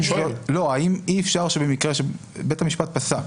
האם אי אפשר שבמקרה שבית המשפט פסק